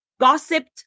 gossiped